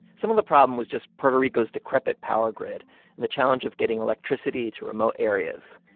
some of the problem was just puerto rico's decrepit power grid and the challenge of getting electricity to remote areas.